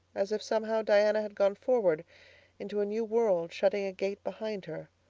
as if, somehow, diana had gone forward into a new world, shutting a gate behind her,